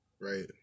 right